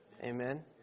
Amen